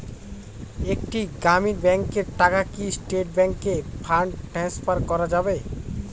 একটি গ্রামীণ ব্যাংকের টাকা কি স্টেট ব্যাংকে ফান্ড ট্রান্সফার করা যাবে?